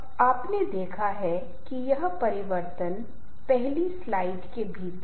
आज मैं बात करने जा रहा हूं कि हम संबंध कैसे बना सकते हैं